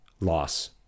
loss